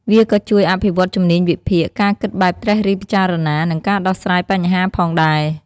វាក៏ជួយអភិវឌ្ឍជំនាញវិភាគ ការគិតបែបត្រិះរិះពិចារណា និងការដោះស្រាយបញ្ហាផងដែរ។